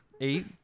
eight